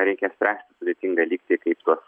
reikia spręsti sudėtingą lygtį kaip tuos